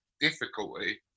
difficulty